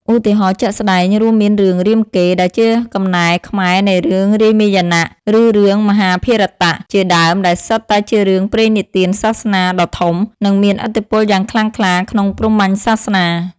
ឧទាហរណ៍ជាក់ស្ដែង រួមមានរឿង រាមកេរ្តិ៍ ដែលជាកំណែខ្មែរនៃរឿងរាមាយណៈ ឬរឿង មហាភារតៈ ជាដើម ដែលសុទ្ធតែជារឿងព្រេងនិទានសាសនាដ៏ធំ និងមានឥទ្ធិពលយ៉ាងខ្លាំងក្លាក្នុងព្រហ្មញ្ញសាសនា។